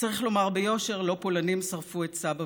וצריך לומר ביושר: לא פולנים שרפו את סבא